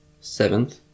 Seventh